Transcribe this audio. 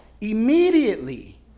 immediately